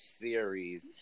series